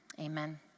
Amen